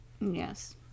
Yes